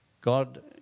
God